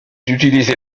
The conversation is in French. utilisée